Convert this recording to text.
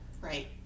Right